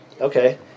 okay